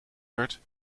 werd